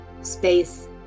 space